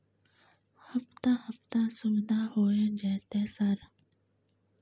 हफ्ता हफ्ता सुविधा होय जयते सर?